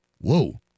whoa